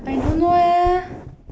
I don't know leh